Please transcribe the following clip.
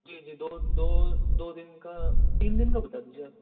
جی جی دو دو دو دِن کا تین دِن کا بتا دیجیے آپ